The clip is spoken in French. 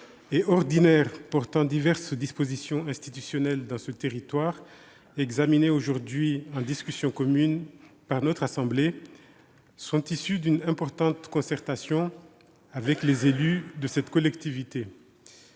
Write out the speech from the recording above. loi ordinaire portant diverses dispositions institutionnelles dans ce territoire examinés aujourd'hui dans le cadre d'une discussion commune par notre assemblée, sont issus d'une importante concertation avec les élus de cette collectivité.